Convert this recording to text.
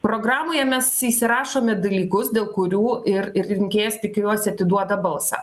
programoje mes įsirašome dalykus dėl kurių ir rinkėjas tikiuosi atiduoda balsą